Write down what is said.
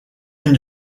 une